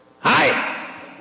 Hi